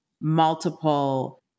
multiple